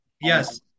yes